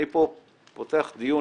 אני פה פותח דיון,